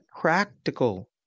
practical